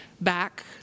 back